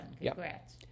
Congrats